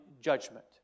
judgment